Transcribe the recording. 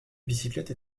bicyclette